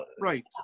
Right